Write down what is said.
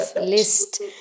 list